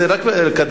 זה רק בכדורסל.